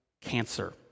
cancer